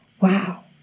Wow